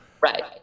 Right